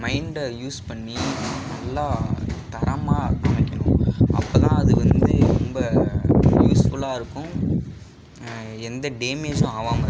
மைண்ட்டை use பண்ணி நல்ல தரமாக அமைக்கணும் அப்போதா அது வந்து ரொம்ப யூஸ்ஃபுல்லாக இருக்கும் எந்த டேமேஜும் ஆகாமருக்கும்